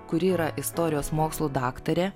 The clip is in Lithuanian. kuri yra istorijos mokslų daktarė